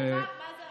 ועכשיו מה זה,